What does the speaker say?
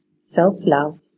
self-love